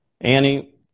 Annie